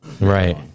Right